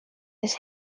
his